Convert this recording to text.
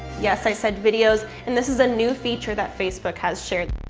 yes i said videos and this is a new feature that facebook has shared.